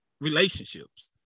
relationships